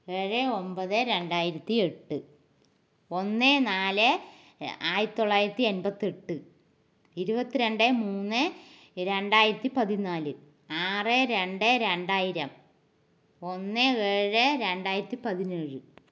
ഏഴ് ഒമ്പത് രണ്ടായിരത്തി എട്ട് ഒന്ന് നാല് ആയിരത്തിത്തൊള്ളായിരത്തി എൺപത്തെട്ട് ഇരുപത്തി രണ്ട് മൂന്ന് രണ്ടായിരത്തിപ്പതിനാല് ആറ് രണ്ട് രണ്ടായിരം ഒന്ന് ഏഴ് രണ്ടായിരത്തിപ്പതിനേഴ്